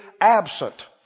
absent